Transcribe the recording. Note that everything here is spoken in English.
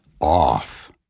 off